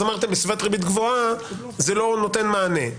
אמרתם שבסביבת ריבית גבוהה זה לא נותן מענה.